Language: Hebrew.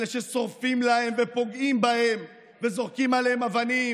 אלה ששורפים להם ופוגעים בהם וזורקים עליהם אבנים,